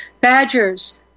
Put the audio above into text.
badgers